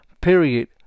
Period